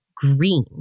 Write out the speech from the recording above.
Green